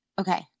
Okay